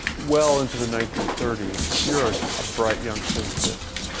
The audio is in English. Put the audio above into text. well into the nineteen thirty s, if you're a bright young physicist,